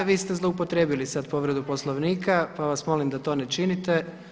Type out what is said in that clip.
Sad ste, vi ste zloupotrijebili sad povredu Poslovnika pa vas molim da to ne činite.